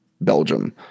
Belgium